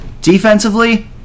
Defensively